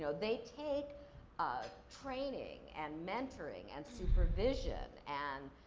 so they take ah training and mentoring and supervision. and